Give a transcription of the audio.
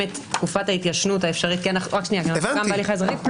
את תקופת ההתיישנות האפשרית בהליך האזרחי,